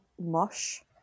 mush